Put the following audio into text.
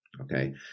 okay